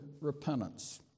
repentance